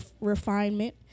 refinement